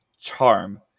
charm